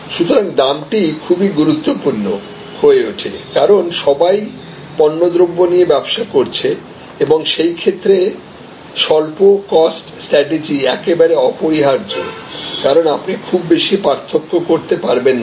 সুতরাং দামটি খুব গুরুত্বপূর্ণ হয়ে ওঠে কারণ সবাই পণ্যদ্রব্য নিয়ে ব্যবসা করছে এবং এই ক্ষেত্রে স্বল্প কস্ট স্ট্রাটেজি একেবারে অপরিহার্য কারণ আপনি খুব বেশি পার্থক্য করতে পারবেন না